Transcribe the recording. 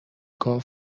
گاو